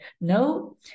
No